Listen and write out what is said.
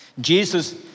Jesus